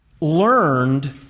learned